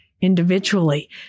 individually